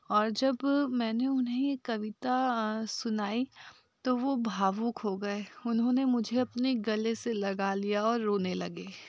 और जब मैंने उन्हें कविता सुनाई तो वह भावुक हो गए उन्होंने मुझे अपने गले से लगा लिया और रोने लगे